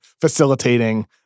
facilitating